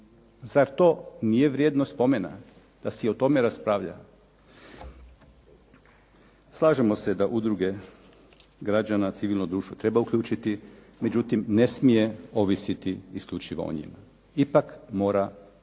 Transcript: zar to nije vrijedno spomena da se i o tome raspravlja. Slažemo se da udruge građana, civilno društvo treba uključiti, međutim ne smije ovisiti isključivo o njima. Ipak mora profesija,